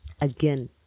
Again